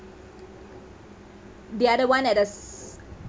the other one at the